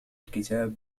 الكتاب